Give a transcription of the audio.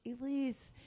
Elise